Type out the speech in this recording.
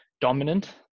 dominant